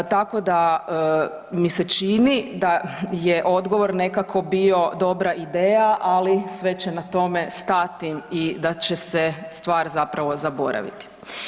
Tako da mi se čini da je odgovor nekako bio dobra ideja, ali sve će na tome stati i da će se stvar zapravo zaboraviti.